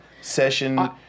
session